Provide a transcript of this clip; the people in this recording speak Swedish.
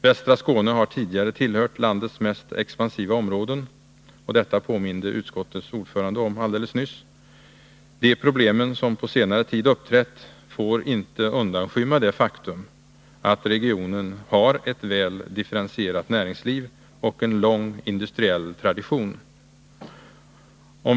Västra Skåne har tidigare tillhört landets mest expansiva områden — detta påminde utskottets ordförande om alldeles nyss. De problem som på senare tid uppträtt får inte undanskymma det faktum att regionen har ett väl differentierat näringsliv och en lång industriell tradition.